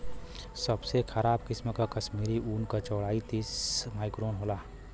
सबसे खराब किसिम के कश्मीरी ऊन क चौड़ाई तीस माइक्रोन होला